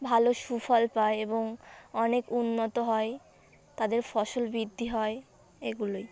ভালো সুফল পায় এবং অনেক উন্নত হয় তাদের ফসল বৃদ্ধি হয় এগুলোই